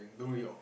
I don't really orh